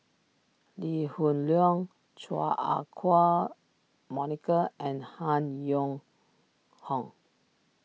Lee Hoon Leong Chua Ah Huwa Monica and Han Yong Hong